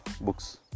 books